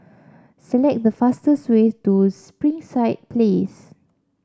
select the fastest way to Springside Place